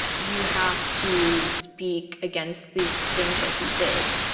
you have to speak against these things that he did